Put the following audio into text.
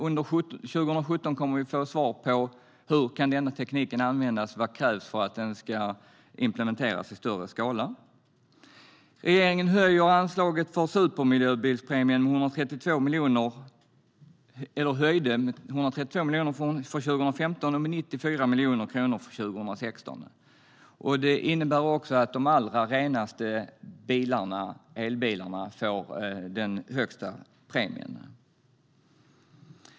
Under 2017 kommer vi att få svar på hur den tekniken kan användas och vad som krävs för att den ska implementeras i större skala. Regeringen höjde anslaget för supermiljöbilspremien med 132 miljoner kronor för 2015 och med 94 miljoner kronor för 2016. Det innebär att de allra renaste bilarna, elbilarna, får den högsta premien.